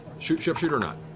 sharpshooter or not?